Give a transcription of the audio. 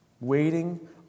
Waiting